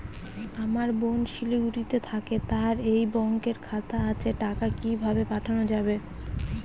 আমার বোন শিলিগুড়িতে থাকে তার এই ব্যঙকের খাতা আছে টাকা কি ভাবে পাঠানো যাবে?